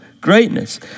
greatness